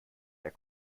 der